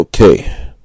Okay